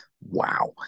wow